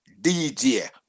DJ